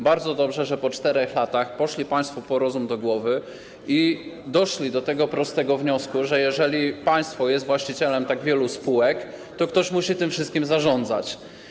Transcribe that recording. Bardzo dobrze, że po 4 latach poszli państwo po rozum do głowy i doszli do tego prostego wniosku, że jeżeli państwo jest właścicielem tak wielu spółek, to ktoś musi tym wszystkim zarządzać.